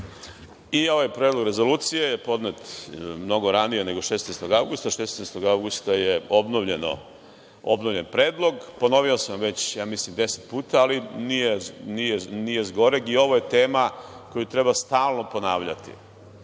I ovaj Predlog rezolucije je podnet mnogo ranije nego 16. avgusta, 16. avgusta je obnovljen predlog. Ponovio sam već, mislim, deset puta, ali nije zgoreg i ovo je tema koju treba stalno ponavljati.